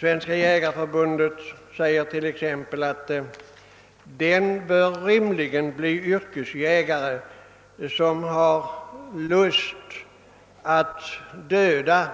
Svenska jägareförbundet säger t.ex. att den rimligen bör bli yrkesjägare som har lust att döda